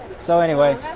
so anyway,